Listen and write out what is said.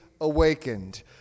awakened